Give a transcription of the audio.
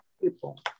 people